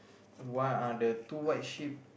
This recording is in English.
why are the two white ship